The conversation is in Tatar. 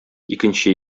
икенче